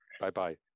Bye-bye